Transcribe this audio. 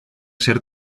ser